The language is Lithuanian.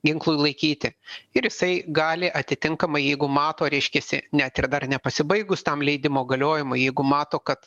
ginklui laikyti ir jisai gali atitinkamai jeigu mato reiškiasi net ir dar nepasibaigus tam leidimo galiojimui jeigu mato kad